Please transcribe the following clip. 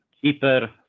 cheaper